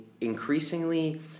increasingly